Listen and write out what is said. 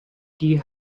die